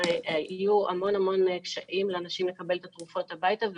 והיו המון המון קשיים לאנשים לקבל תרופות הביתה,